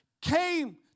came